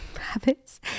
habits